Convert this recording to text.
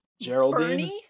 geraldine